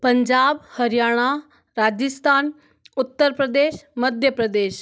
Punjab Haryana Rajasthan Uttar Pradesh Madhya Pradesh